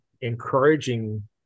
encouraging